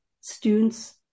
students